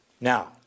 Now